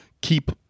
keep